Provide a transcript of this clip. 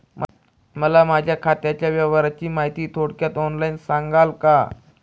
मला माझ्या खात्याच्या व्यवहाराची माहिती थोडक्यात ऑनलाईन सांगाल का?